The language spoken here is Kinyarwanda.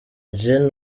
gen